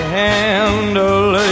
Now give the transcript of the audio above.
handle